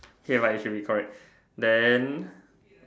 okay right it should be correct then